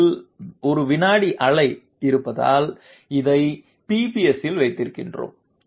f ppsல் ஒரு வினாடிக்கு அலை இருப்பதால் இதை ppsல் வைத்திருக்கிறோம்